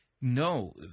No